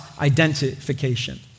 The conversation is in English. identification